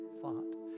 thought